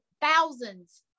thousands